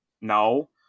no